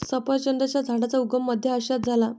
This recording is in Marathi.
सफरचंदाच्या झाडाचा उगम मध्य आशियात झाला